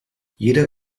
jeder